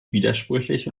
widersprüchlich